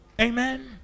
Amen